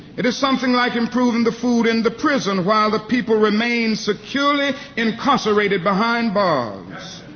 it is something like improving the food in the prison while the people remain securely incarcerated behind bars.